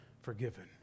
forgiven